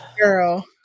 Girl